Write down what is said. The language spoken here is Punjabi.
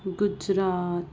ਗੁਜਰਾਤ